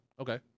Okay